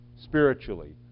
Spiritually